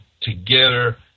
together